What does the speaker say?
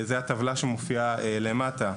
זה הטבלה שמופיעה למטה,